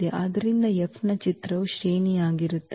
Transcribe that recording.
ಆದ್ದರಿಂದ F ನ ಚಿತ್ರವು ಶ್ರೇಣಿಯಾಗಿರುತ್ತದೆ